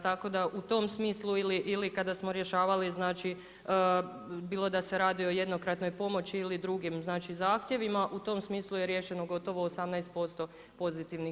Tako da u tom smislu ili kada smo rješavali znači, bilo da se radi o jednokratnoj pomoći ili drugim znači zahtjevima u tom smislu je riješeno gotovo 18% pozitivnih.